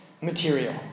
material